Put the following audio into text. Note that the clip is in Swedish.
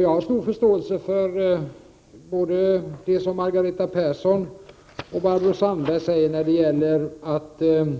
Jag har stor förståelse för det som både Margareta Persson och Barbro Sandberg säger, nämligen att kanske